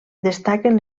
destaquen